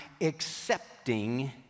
accepting